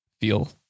feel